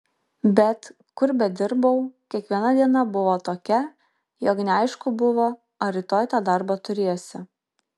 bet kur bedirbau kiekviena diena buvo tokia jog neaišku buvo ar rytoj tą darbą turėsi